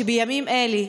בימים האלה,